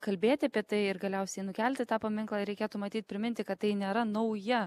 kalbėti apie tai ir galiausiai nukelti tą paminklą reikėtų matyt priminti kad tai nėra nauja